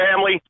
family